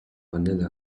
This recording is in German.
vanille